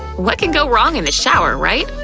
what can go wrong in the shower, right?